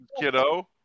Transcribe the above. kiddo